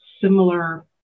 similar